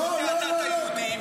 לא רלוונטי.